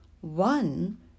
one